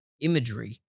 imagery